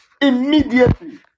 immediately